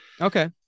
Okay